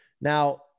Now